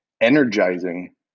energizing